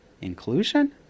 Inclusion